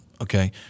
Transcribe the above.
Okay